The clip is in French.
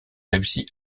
réussi